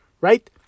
right